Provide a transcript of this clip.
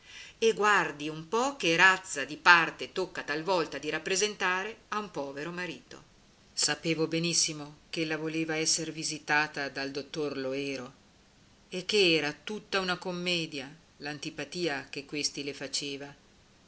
e guardi un po che razza di parte tocca talvolta di rappresentare a un povero marito sapevo benissimo ch'ella voleva esser visitata dal dottor loero e ch'era tutta una commedia l'antipatia che questi le faceva